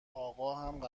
آقاهم